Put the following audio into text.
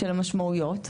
של המשמעויות,